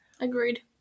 Agreed